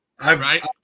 Right